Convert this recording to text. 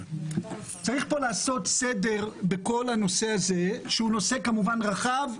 צריך לעשות סדר בכל הנושא הזה, שהוא נושא רחב.